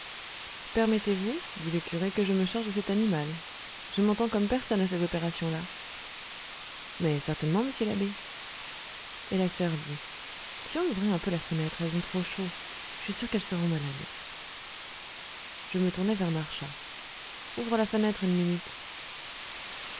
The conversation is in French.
permettez-vous dit le curé que je me charge de cet animal je m'entends comme personne à ces opérations là mais certainement monsieur l'abbé et la soeur dit si on ouvrait un peu la fenêtre elles ont trop chaud je suis sûre qu'elles seront malades je me tournai vers marchas ouvre la fenêtre une minute